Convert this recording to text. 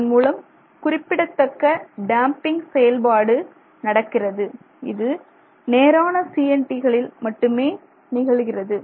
அதன்மூலம் குறிப்பிடத்தக்க டேம்பிங் செயல்பாடு நடக்கிறது இது நேரான CNT களில் மட்டுமே நிகழுகிறது